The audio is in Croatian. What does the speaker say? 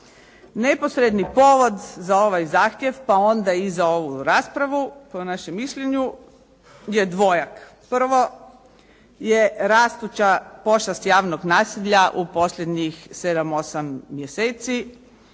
Neposredni povod za ovaj zahtjev pa onda i za ovu raspravu po našem mišljenju je dvojak. Prvo je rastuća pošast javnog nasilja u posljednjih 7-8 mjeseci,